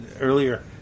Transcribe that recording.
earlier